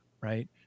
Right